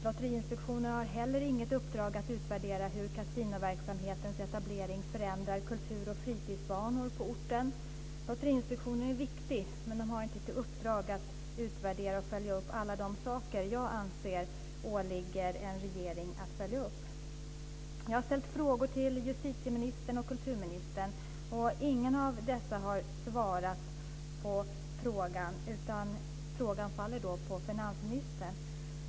Lotteriinspektionen har heller inget uppdrag att utvärdera hur kasinoverksamhetens etablering förändrar kultur och fritidsvanor på orten. Lotteriinspektionen är viktig men har inte till uppdrag att utvärdera och följa upp alla de saker jag anser åligger en regering att följa upp. Jag har ställt frågor till justitieministern och kulturministern. Ingen av dem har svarat på frågan, utan den faller på finansministern.